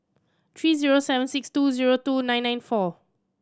three zero seven six two zero two nine nine four